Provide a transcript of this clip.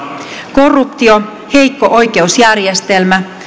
korruptio heikko oikeusjärjestelmä